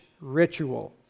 ritual